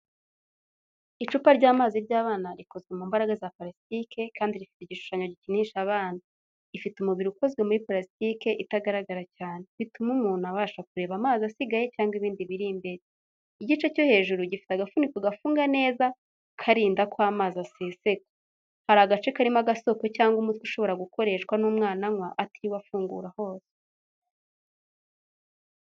Icupa ry’amazi ry’abana rikozwe mu mbaraga za parasitike kandi rifite igishushanyo gikinisha abana. Ifite umubiri ukozwe muri parastike itagaragara cyane, bituma umuntu abasha kureba amazi asigaye cyangwa ibindi biri imbere. Igice cyo hejuru gifite agafuniko gafunga neza, karinda ko amazi aseseka. Hari agace karimo agasoko cyangwa umutwe ushobora gukoreshwa n’umwana anywa atiriwe afungura hose.